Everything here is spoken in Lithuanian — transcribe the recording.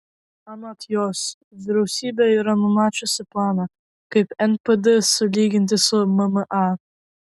anot jos vyriausybė yra numačiusi planą kaip npd sulyginti su mma